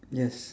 yes